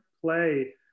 play